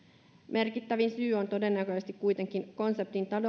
merkittävin syy on todennäköisesti kuitenkin konseptin